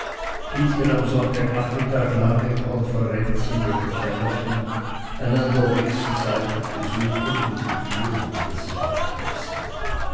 hielten am sonntagnachmittag lange konferenz in ihren kämmerchen einander wechselseitig besuchend und die türen hinter sich abschließend